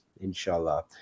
inshallah